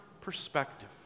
perspective